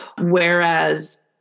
Whereas